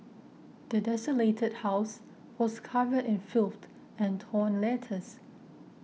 the desolated house was covered in filth and torn letters